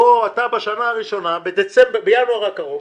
בדצמבר הקרוב